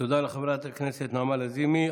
תודה לחברת הכנסת נעמה לזימי.